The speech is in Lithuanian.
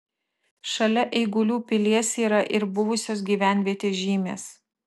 šalia eigulių pilies yra ir buvusios gyvenvietės žymės